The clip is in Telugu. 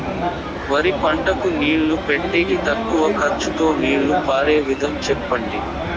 వరి పంటకు నీళ్లు పెట్టేకి తక్కువ ఖర్చుతో నీళ్లు పారే విధం చెప్పండి?